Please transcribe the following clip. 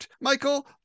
Michael